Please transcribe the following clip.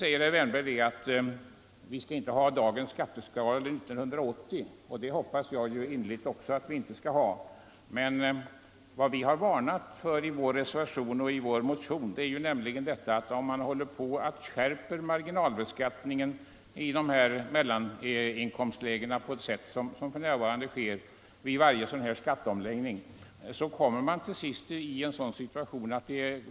Herr Wärnberg säger att vi inte skall ha dagens skatteskalor 1980. Det hoppas jag innerligt att vi inte skall ha, men vad vi varnade för i vår reservation och vår motion var att om man skärper marginalbeskattningen i mellaninkomstlägena och strax ovan på ett sådant sätt som för närvarande sker vid varje skatteomläggning, kommer man till sist i en omöjlig situation.